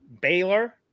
Baylor